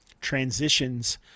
transitions